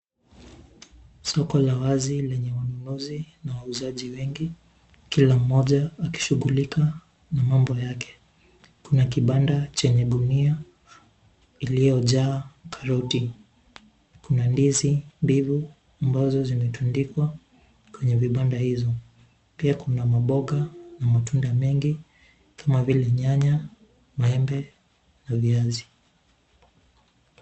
Soko la wazi lenye wanunuzi na wauzaji wengi kila mmoja akishughulika na mambo yake. Kuna kibanda chenye gunia iliyojaa karoti. Kuna ndizi mbivu ambazo zimetundikwa kwenye vibanda hizo. Pia kuna maboga na matunda mengi kama vile nyanya, maembe na viazi.